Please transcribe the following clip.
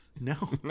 No